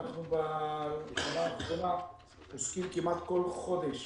ואנחנו בשנה האחרונה עוסקים כמעט כל חודש